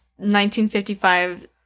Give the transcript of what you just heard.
1955